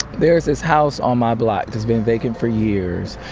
there's this house on my block that's been vacant for years.